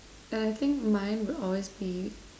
and I think mine would always be